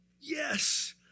Yes